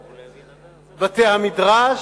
בתי-המדרש,